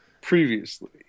Previously